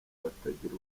batagira